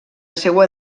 seua